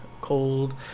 cold